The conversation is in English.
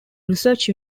research